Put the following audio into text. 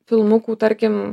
filmukų tarkim